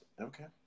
Okay